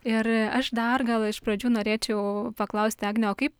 ir aš dar gal iš pradžių norėčiau paklausti agne o kaip